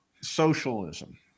socialism